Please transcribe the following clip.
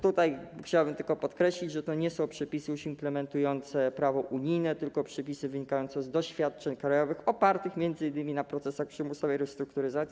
Tutaj chciałbym tylko podkreślić, że to już nie są przepisy implementujące prawo unijne, tylko przepisy wynikające z doświadczeń krajowych opartych m.in. na procesach przymusowej restrukturyzacji.